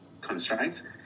constraints